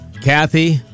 Kathy